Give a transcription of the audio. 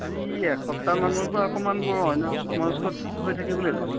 আজি এসপ্তাহমানৰ পৰা অকণমান বৰ অন্যমনষ্ক হৈ থাকিবলৈ লৈছে